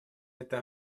êtes